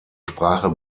sprache